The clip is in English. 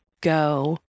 go